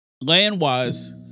Land-wise